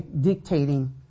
dictating